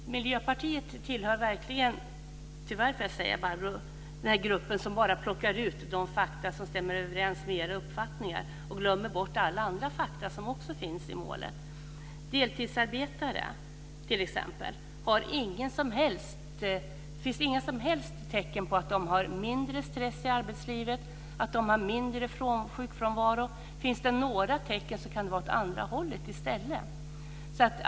Fru talman! Miljöpartiet tillhör tyvärr verkligen den grupp som bara plockar ut de fakta som stämmer överens med sina uppfattningar och glömmer bort alla andra fakta som finns i målet. Det finns inga som helst tecken på att t.ex. deltidsarbetare har mindre stress i arbetslivet eller mindre sjukfrånvaro. Finns det några tecken kan det vara åt andra hållet i stället.